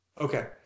Okay